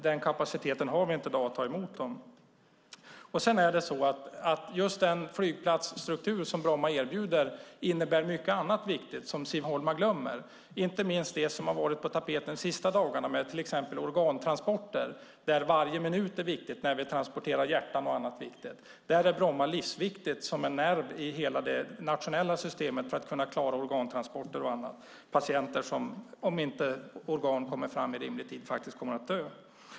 Den kapaciteten finns inte att ta emot dem. Just den flygplatsstruktur som Bromma flygplats erbjuder innebär mycket annat viktigt som Siv Holma glömmer, inte minst det som har varit på tapeten de senaste dagarna om till exempel organtransporter, där varje minut är viktig vid transport av hjärtan och annat viktigt. Där är Bromma flygplats livsviktig som en nerv i hela det nationella systemet för att kunna klara organtransporter och annat, eftersom patienter, om organ inte kommer fram i rimlig tid, faktiskt kommer att dö.